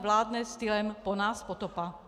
Vládne stylem po nás potopa.